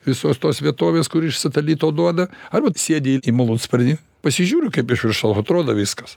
visos tos vietovės kur iš satalito duoda arba tu sėdi į malūnsparnį pasižiūriu kaip iš viršaus atrodo viskas